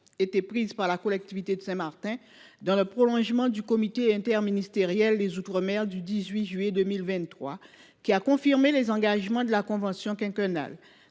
été prise par la collectivité de Saint Martin dans le prolongement du comité interministériel des outre mer (Ciom) du 18 juillet 2023, qui a confirmé les engagements de la Convention quinquennale.